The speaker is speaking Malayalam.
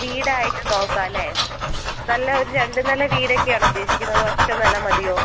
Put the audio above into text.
വീടായിട്ട് നോക്കാം അല്ലേ നല്ല ഒരു രണ്ട് നില വീടൊക്കെയാണോ ഉദ്ദേശിക്കുന്നത് ഒറ്റ നില മതിയോ